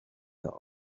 your